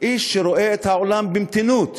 איש שרואה את העולם במתינות.